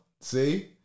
See